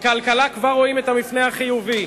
בכלכלה כבר רואים את המפנה החיובי.